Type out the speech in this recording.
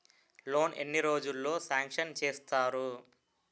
Loan ఎన్ని రోజుల్లో sanction చేస్తారు?